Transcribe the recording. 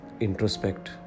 introspect